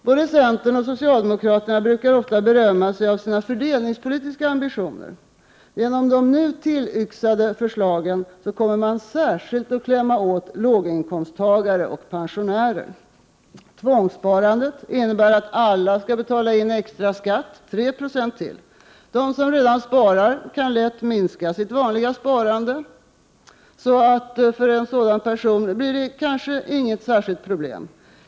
Både centern och socialdemokraterna brukar ofta berömma sig av sina fördelningspolitiska ambitioner. Genom de nu tillyxade förslagen kommer man att särskilt klämma åt låginkomsttagare och pensionärer. Tvångssparandet innebär att alla skall betala in extra skatt, 3 2 till. Den som redan sparar kan lätt minska sitt vanliga sparande, så att det för en sådan person inte blir något särskilt problem.